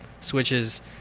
Switches